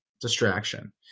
distraction